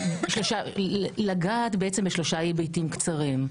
רוצה לגעת בשלושה היבטים קצרים.